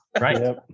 Right